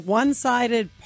one-sided